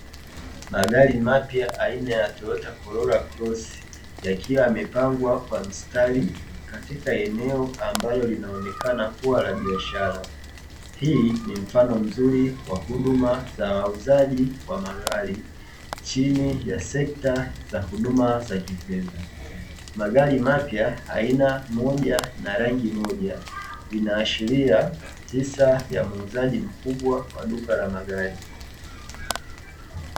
Magari mapya aina ya Toyota corora cross yakiwa yamepangwa kwa mstari katika eneo ambalo linaloonekana kuwa la biashara. Hii ni mfano mzuri wa huduma za uuzaji wa magari chini ya sekta za huduma za kifedha. Magari mapya aina moja na rangi moja inaashiria hisa ya muuzaji mkubwa wa duka la magari.